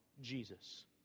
Jesus